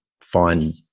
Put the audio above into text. find